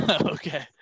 Okay